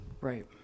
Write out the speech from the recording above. Right